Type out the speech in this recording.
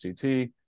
ct